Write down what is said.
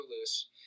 loose